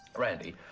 randy,